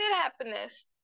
happiness